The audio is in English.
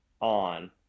on